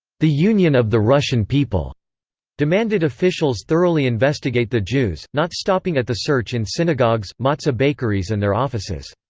the union of the russian people demanded officials thoroughly investigate the jews, not stopping at the search in synagogues, matzah bakeries and their offices.